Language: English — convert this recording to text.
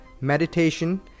meditation